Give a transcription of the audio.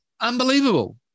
Unbelievable